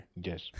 yes